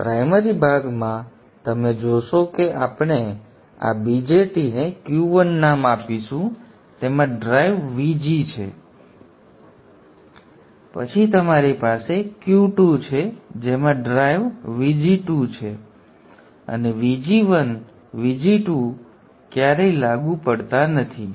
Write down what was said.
તેથી આ પ્રાઇમરી ભાગમાં તમે જોશો કે આપણે આ BJT ને Q1 નામ આપીશું તેમાં ડ્રાઇવ Vg1 છે અને પછી તમારી પાસે Q2 છે જેમાં ડ્રાઇવ Vg2 છે અને Vg1 અને Vg2 ક્યારેય લાગુ પડતા નથી